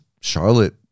Charlotte